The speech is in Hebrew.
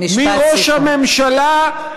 זו המטרה.